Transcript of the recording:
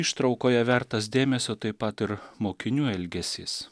ištraukoje vertas dėmesio taip pat ir mokinių elgesys